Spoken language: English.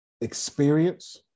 experience